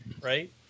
right